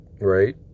Right